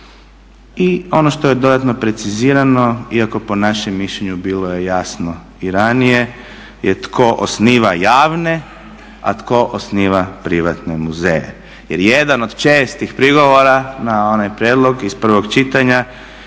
I ono što je dodatno precizirano, iako po našem mišljenju bilo je jasno i ranije je tko osniva javne, a tko osniva privatne muzeje. Jer jedan od čestih prigovora na onaj prijedlog iz prvog čitanja